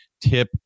tip